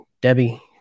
Debbie